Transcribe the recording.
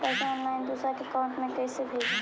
पैसा ऑनलाइन दूसरा के अकाउंट में कैसे भेजी?